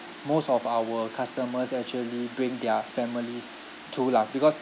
most of our customers actually bring their families to lah because